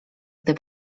gdzie